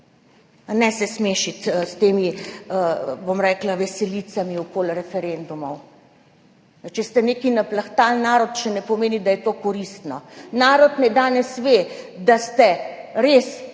ne se smešiti s temi, bom rekla, veselicami okoli referendumov. Če ste nekaj naplahtali narod, še ne pomeni, da je to koristno. Narod naj danes ve, da ste z